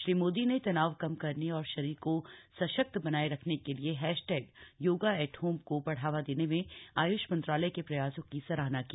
श्री मोदी ने तनाव कम करने और शरीर को सशक्त बनाये रखने के लिए हैशटैग योगा एट होम को बढ़ावा देने में आय्ष मंत्रालय के प्रयासों की सराहना की